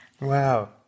Wow